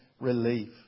relief